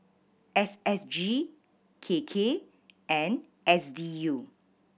S S G K K and S D U